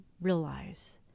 realize